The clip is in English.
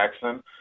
Jackson